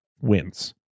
wins